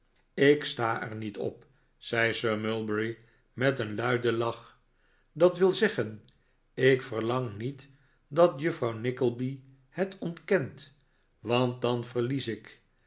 k sta er niet op zei sir mulberry met een luiden lach dat wil zeggen ik verlang niet dat juffrouw nickleby het ontkent want dan verlies ik